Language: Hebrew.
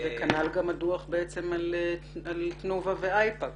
וכנ"ל גם הדוח על "תנובה" ו"אייפקס",